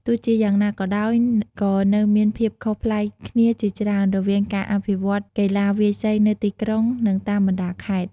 ទោះជាយ៉ាងណាក៏ដោយ ក៏នៅមានភាពខុសប្លែកគ្នាជាច្រើន រវាងការអភិវឌ្ឍន៍កីឡាវាយសីនៅទីក្រុង និងតាមបណ្ដាខេត្ត។